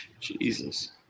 Jesus